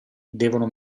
devono